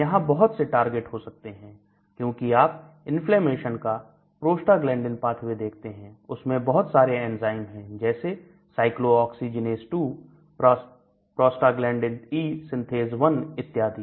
यहां बहुत से टारगेट हो सकते हैं क्योंकि आप इन्फ्लेमेशन का प्रोस्टाग्लैंडइन पाथवे देखते हैं उसमें बहुत सारे एंजाइम हैं जैसे cyclooxygenase 2 prostagladin E synthase 1 इत्यादि